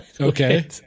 okay